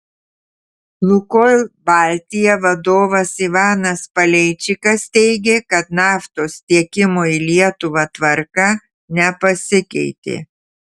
lukoil baltija vadovas ivanas paleičikas teigė kad naftos tiekimo į lietuvą tvarka nepasikeitė